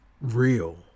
real